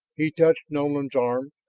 he touched nolan's arm,